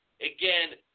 Again